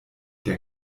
der